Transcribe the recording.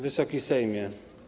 Wysoki Sejmie!